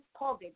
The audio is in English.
COVID